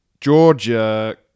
Georgia